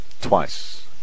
twice